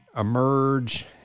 emerge